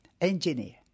engineer